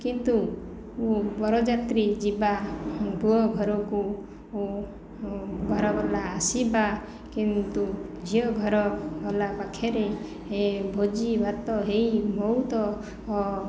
କିନ୍ତୁ ବରଯାତ୍ରୀ ଯିବା ପୁଅ ଘରକୁ ଘର ଵାଲା ଆସିବା କିନ୍ତୁ ଝିଅ ଘର ବାଲା ପାଖେରେ ଭୋଜି ଭାତ ହୋଇ ବହୁତ